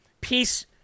Peace